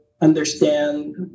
understand